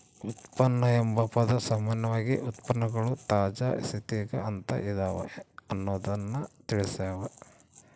ಉತ್ಪನ್ನ ಎಂಬ ಪದ ಸಾಮಾನ್ಯವಾಗಿ ಉತ್ಪನ್ನಗಳು ತಾಜಾ ಸ್ಥಿತಿಗ ಅಂತ ಇದವ ಅನ್ನೊದ್ದನ್ನ ತಿಳಸ್ಸಾವ